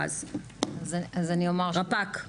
רפ"ק,